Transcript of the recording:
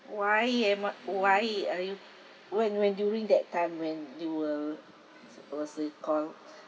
why and what why are you when when during that time when you were what's it called